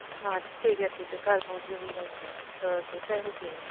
ਹਾਂ ਠੀਕ ਹੈ ਠੀਕ ਹੈ ਘਰ ਪਹੁੰਚ ਕੇ ਫਿਰ ਮੈਨੂੰ ਦੱਸ ਦੇਣਾ ਓਕੇ ਥੈਂਕ ਯੂ